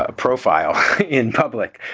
ah profile in public.